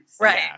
right